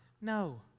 No